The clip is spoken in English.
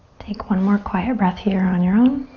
take one more quiet breath here on your own.